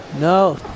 No